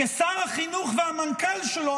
כי שר החינוך והמנכ"ל שלו,